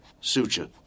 suture